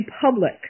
public